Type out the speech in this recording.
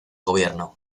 gobierno